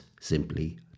simply